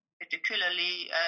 particularly